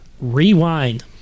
Rewind